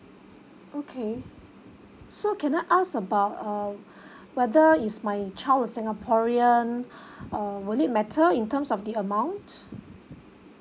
okay so can I ask about uh whether is my child a singaporean uh will it matter in terms of the amount